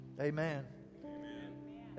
Amen